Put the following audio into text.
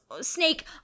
Snake